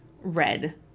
Red